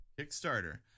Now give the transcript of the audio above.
Kickstarter